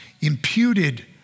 imputed